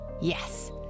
Yes